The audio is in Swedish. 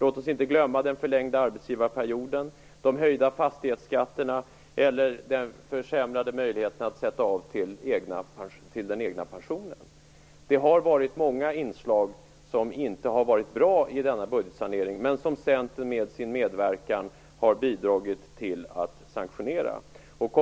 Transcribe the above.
Låt oss inte glömma den förlängda arbetsgivarperioden, de höjda fastighetsskatterna och den försämrade möjligheten att sätta av till den egna pensionen. Det har varit många inslag som inte har varit bra i denna budgetsanering, men som Centern med sin medverkan har bidragit till att sanktionera.